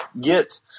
get